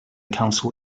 council